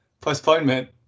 postponement